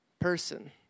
person